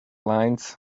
lines